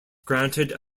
granted